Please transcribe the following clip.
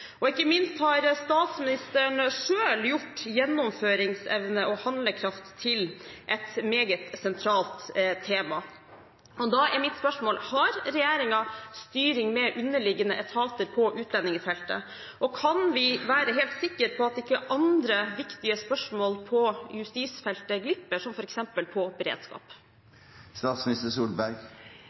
Ikke minst har statsministeren selv gjort «gjennomføringsevne og handlekraft» til et meget sentralt tema. Da er mitt spørsmål: Har regjeringen styring med underliggende etater på utlendingsfeltet, og kan vi være helt sikre på at andre viktige spørsmål på justisfeltet, f.eks. innenfor beredskap, ikke glipper? Vi følger nøye med på utviklingen og oppfølgingen som skjer på